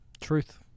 truth